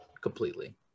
completely